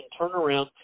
turnaround